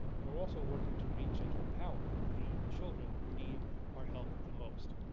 and we're also working to reach and to empower the children who need our help the most.